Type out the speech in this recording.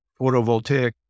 photovoltaic